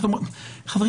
זו פרצה